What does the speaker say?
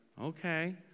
Okay